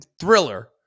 thriller